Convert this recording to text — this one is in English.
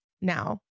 now